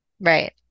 right